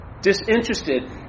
disinterested